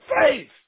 faith